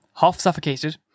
half-suffocated